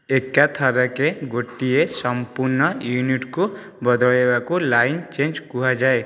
ଏକାଥରକେ ଗୋଟିଏ ସମ୍ପୂର୍ଣ୍ଣ ୟୁନିଟ୍କୁ ବଦଳାଇବାକୁ ଲାଇନ୍ ଚେଞ୍ଜ କୁହାଯାଏ